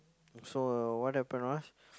so what happen was